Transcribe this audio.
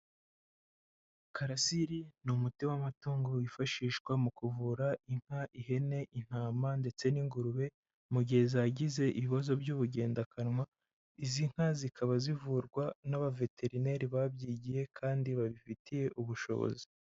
Carasil ni umuti w'amatungo wifashishwa mu kuvura inka, ihene, intama ndetse n'ingurube mu gihe zagize ibibazo by'ubugendakanwa, izi nka zikaba zivurwa n'abaveterineri babyigiye kandi babifitiye ubushobozi.